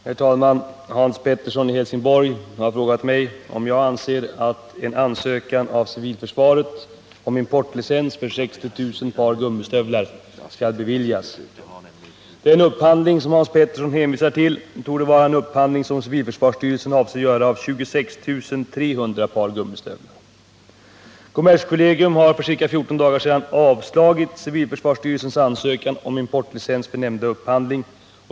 Herr talman! Hans Pettersson i Helsingborg har frågat mig om jag anser att en ansökan av civilförsvaret om importlicens för 60 000 par gummistövlar skall beviljas. Den upphandling som Hans Pettersson hänvisar till torde vara en upphandling som civilförsvarsstyrelsen avser göra av 26 300 par gummistövlar. Kommerskollegium har för ca 14 dagar sedan avslagit civilförsvarsstyrelsens ansökan om importlicens för nämnda upphandling.